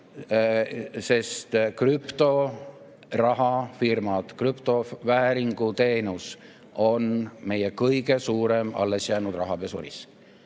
sest krüptorahafirmad, krüptovääringu teenus on meie kõige suurem alles jäänud rahapesurisk.